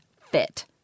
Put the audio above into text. fit